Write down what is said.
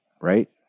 right